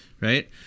right